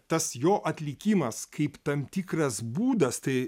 tas jo atlikimas kaip tam tikras būdas tai